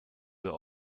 were